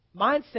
mindset